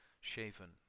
shaven